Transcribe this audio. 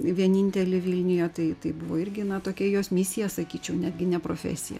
vienintelį vilniuje tai tai buvo irgi na tokia jos misija sakyčiau netgi ne profesija